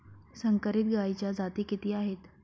संकरित गायीच्या जाती किती आहेत?